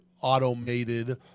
automated